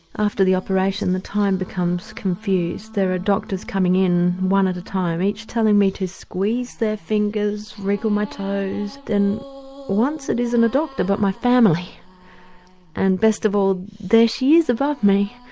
after the operation the time becomes confused, there are doctors coming in one at a time each telling me to squeeze their fingers, wriggle my toes, then once it isn't a doctor, but my family and, best of all, there she is above me.